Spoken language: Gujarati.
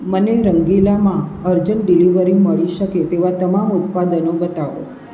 મને રંગીલામાં અરજન્ટ ડિલિવરી મળી શકે તેવાં તમામ ઉત્પાદનો બતાવો